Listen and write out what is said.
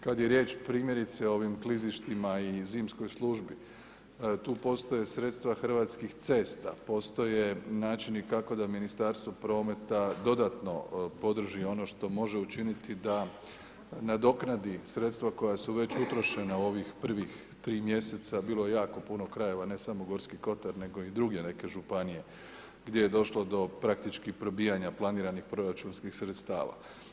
Kad je riječ primjerice o ovim klizištima i zimskoj službi, tu postoje sredstva Hrvatskih cesta, postoje načini kako da Ministarstvo prometa dodatno podrži ono što može učiniti da nadoknadi sredstva koja su već utrošena u ovih prvih 3 mjeseca, bilo je jako puno krajeva, ne samo Gorski Kotar nego i druge neke županije gdje je došlo do praktički probijanja planiranih proračunskih sredstava.